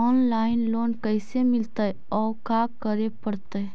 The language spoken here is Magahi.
औनलाइन लोन कैसे मिलतै औ का करे पड़तै?